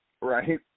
right